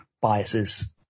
biases